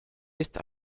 ist